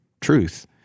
truth